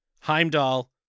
Heimdall